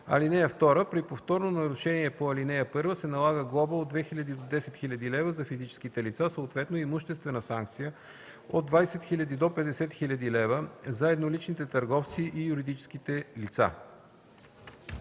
лв. (2) При повторно нарушение по ал. 1 се налага глоба от 2000 до 10 000 лв. - за физическите лица, съответно имуществена санкция от 20 000 до 50 000 лв. - за едноличните търговци и юридическите лица.”